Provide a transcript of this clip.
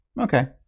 Okay